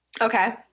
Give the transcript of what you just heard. Okay